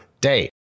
day